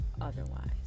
otherwise